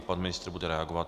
Pan ministr bude reagovat.